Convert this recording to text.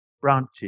branches